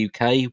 UK